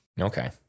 Okay